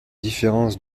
différence